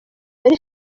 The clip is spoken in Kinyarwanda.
muri